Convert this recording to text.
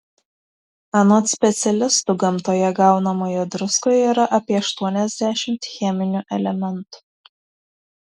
anot specialistų gamtoje gaunamoje druskoje yra apie aštuoniasdešimt cheminių elementų